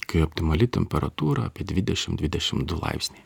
kai optimali temperatūra apie dvidešimt dvidešimt du laipsniai